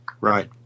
right